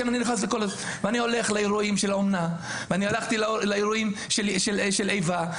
ואני הולך לאירועים של האומנה ואני הלכתי לאירועים של איבה.